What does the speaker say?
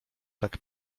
tak